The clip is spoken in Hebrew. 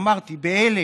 אמרתי, ב-1000